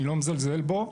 אני לא מזלזל בו,